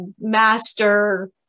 master